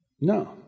No